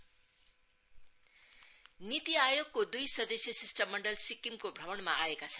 नीति आयोग नीति आयोगको द्ई सदस्यीय शिष्ट मण्डल सिक्किमको भ्रमणमा आएका छन्